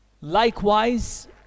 Likewise